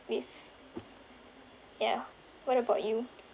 with ya what about you